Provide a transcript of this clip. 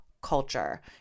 culture